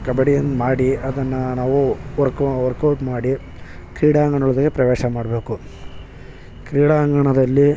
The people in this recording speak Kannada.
ಕಬಡ್ಡಿಯಿಂದ ಮಾಡಿ ಅದನ್ನು ನಾವು ವರ್ಕು ವರ್ಕ್ಔಟ್ ಮಾಡಿ ಕ್ರೀಡಾಂಗಣದೊಳಗೆ ಪ್ರವೇಶ ಮಾಡಬೇಕು ಕ್ರೀಡಾಂಗಣದಲ್ಲಿ